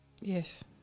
Yes